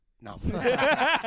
No